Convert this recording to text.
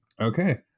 Okay